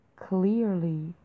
clearly